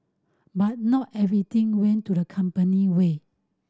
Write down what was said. but not everything went to the company way